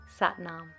Satnam